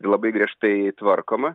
labai griežtai tvarkoma